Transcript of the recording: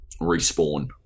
respawn